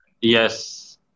Yes